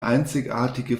einzigartige